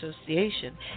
association